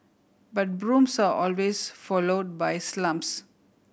but brooms are always followed by slumps